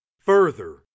further